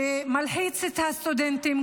שמלחיץ את הסטודנטים,